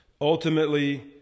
Ultimately